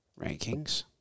Rankings